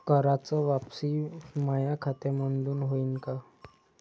कराच वापसी माया खात्यामंधून होईन का?